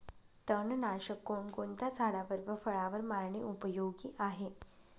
तणनाशक कोणकोणत्या झाडावर व फळावर मारणे उपयोगी आहे?